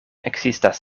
ekzistas